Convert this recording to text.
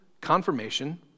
confirmation